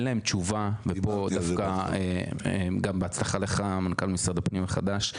אין להם תשובה ופה המקום להגיד לך בהצלחה מנכ"ל משרד הפנים החדש.